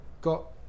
got